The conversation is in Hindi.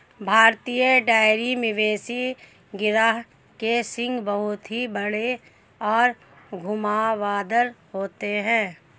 भारतीय डेयरी मवेशी गिरोह के सींग बहुत ही बड़े और घुमावदार होते हैं